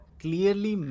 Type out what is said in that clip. clearly